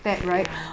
ya